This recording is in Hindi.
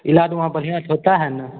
इलाज वहाँ बढ़िया से होता है न